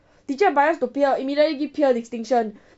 teacher biased to pierre immediately give pierre distinction